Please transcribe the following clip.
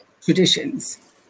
traditions